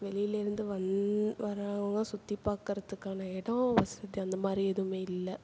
வெளியிலேருந்து வந் வர்றவங்க சுற்றி பார்க்குறதுக்கான இடம் வசதி அந்த மாதிரி எதுவும் இல்லை